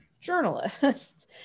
journalists